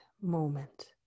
moment